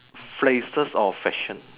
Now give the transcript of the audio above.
phases of fashion